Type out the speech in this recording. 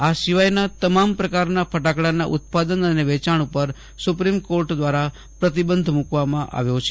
આ સિવાયનાં તમામ પ્રકારના ફટાકડાનાં ઉત્પાદન અને વેચાણ પર સુપ્રિમ કોર્ટ દ્વારા પ્રતિબંધ મુકવામાં આવ્યો છે